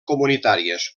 comunitàries